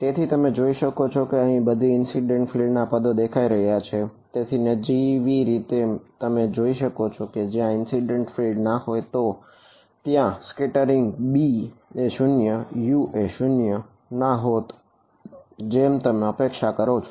તેથી તમે જોઈ શકો છો કે અહીં બધી ઇન્સિડેન્ટ ફિલ્ડ b એ 0 u એ 0 ના હોત જેમ તમે અપેક્ષા કરો છો